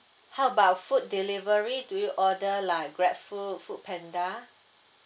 how about food delivery do you order like GrabFood FoodPanda